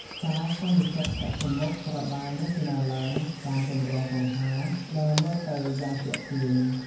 សាលសន្និសីទចតុម្មុខត្រូវបានរចនាឡើងតាមទម្រង់កង្ហារដែលមើលទៅយ៉ាងទាក់ទាញ។